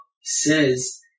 says